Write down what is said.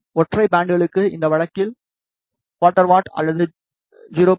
ஒற்றை பேண்ட்களுக்கு இந்த வழக்கில் குவாட்டர் வாட் அல்லது 0